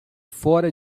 fora